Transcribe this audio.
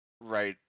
right